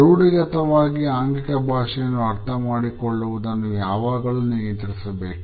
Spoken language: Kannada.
ರೂಢಿಗತವಾಗಿ ಆಂಗಿಕ ಭಾಷೆಯನ್ನು ಅರ್ಥಮಾಡಿಕೊಳ್ಳುವುದನ್ನು ಯಾವಾಗಲೂ ನಿಯಂತ್ರಿಸಬೇಕು